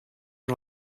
der